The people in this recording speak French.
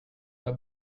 pas